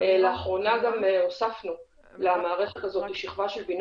לאחרונה גם הוספנו למערכת הזאת שכבה של בינה